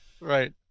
Right